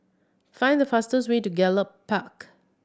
find the fastest way to Gallop Park